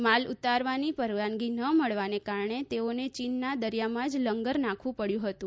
માલ ઉતારવાની પરવાનગી ન મળવાને કારણે તેઓને ચીનના દરીયામાં જ લંગર નાંખવું પડ્યું હતું